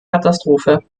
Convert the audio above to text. katastrophe